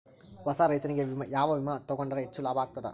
ಹೊಸಾ ರೈತನಿಗೆ ಯಾವ ವಿಮಾ ತೊಗೊಂಡರ ಹೆಚ್ಚು ಲಾಭ ಆಗತದ?